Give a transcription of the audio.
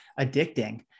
addicting